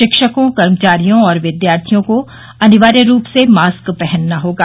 शिक्षकों कर्मचारियों और विद्यार्थियों को अनिवार्य रूप से मास्क पहनना होगा